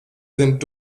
sind